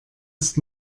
ist